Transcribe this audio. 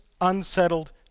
unsettled